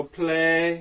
play